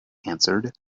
answered